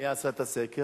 מי עשה את הסקר?